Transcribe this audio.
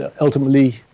ultimately